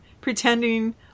pretending